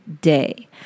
day